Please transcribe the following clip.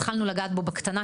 התחלנו לגעת בנושא בקטנה,